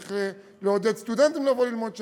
צריך לעודד סטודנטים לבוא ללמוד שם.